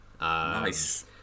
Nice